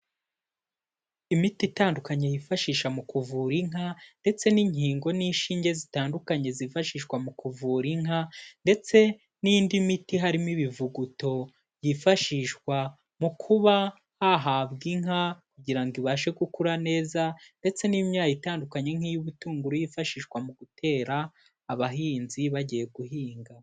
Imiti itandukanye bifashisha mu kuvura inka ndetse n'inkingo n'inshinge zitandukanye zifashishwa mu kuvura inka, ndetse n'indi miti harimo ibivuguto yifashishwa mu kuba hahabwa inka kugira ibashe gukura neza ndetse n'imyayi itandukanye nk'iy'ubutunguru yifashishwa mu gutera abahinzi bagiye guhinga.